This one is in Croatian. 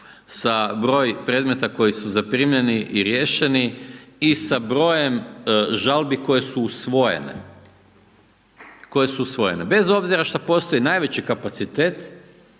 sa brojem predmeta koji su zaprimljeni i riješeni i sa brojem žalbi koje su usvojene, koje su usvojene bez obzira šta postoji najveći kapacitet